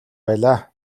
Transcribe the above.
байлаа